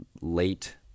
late